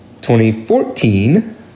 2014